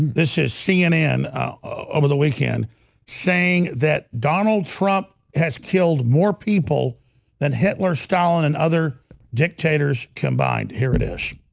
this is cnn over the weekend saying that donald trump has killed more people than hitler stalin and other dictators combined here it is.